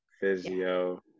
physio